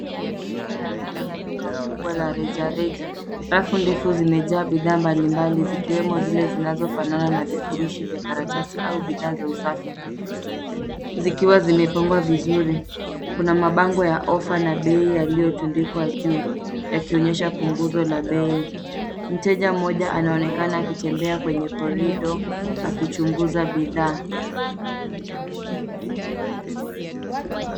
Mazingira ya ndani ya duka kubwa la rejareja. Rafu ndefu zimejaa bidhaa mbalimbali zikiwemo zile zinazofanana na vifurushi vya karatasi au bidhaa za usafi zikiwa zimepangwa vizuri. Kuna mabango ya offer na bei yaliyotundikwa juu, yakionyesha punguzo la bei. Mteja mmoja anaonekana akitembea kwenye corridor akichunguza bidhaa.